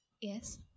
Yes